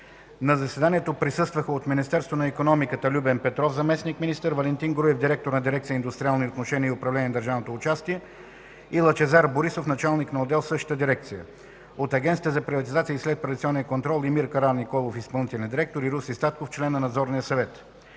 На заседанието присъстваха: от Министерство на икономиката – Любен Петров – заместник-министър, Валентин Груев – директор на дирекция „Индустриални отношения и управление на държавното участие”, и Лъчезар Борисов – началник на отдел в същата дирекция; от Агенция за приватизация и следприватизационен контрол – Емил Караниколов – изпълнителен директор, и Руси Статков – член на Надзорния съвет.